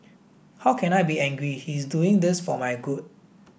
how can I be angry he is doing this for my good